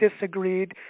disagreed